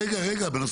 בנושא